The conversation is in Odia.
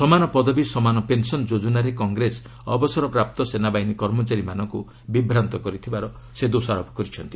ସମାନ ପଦବୀ ସମାନ ପେନସନ୍ ଯୋଜନାରେ କଂଗ୍ରେସ ଅବସରପ୍ରାପ୍ତ ସେନାବାହିନୀ କର୍ମଚାରୀମାନଙ୍କୁ ବିଭ୍ରାନ୍ତ କରିଥିବାର ସେ ଦୋଷାରୋପ କରିଛନ୍ତି